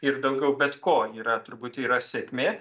ir daugiau bet ko yra turbūt yra sėkmė